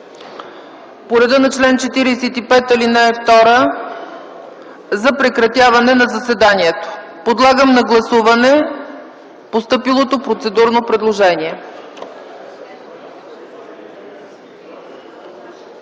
по реда на чл. 45, ал. 2 за прекратяване на заседанието. Подлагам на гласуване постъпилото процедурно предложение.